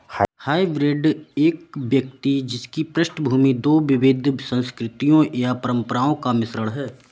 hybrid एक व्यक्ति जिसकी पृष्ठभूमि दो विविध संस्कृतियों या परंपराओं का मिश्रण है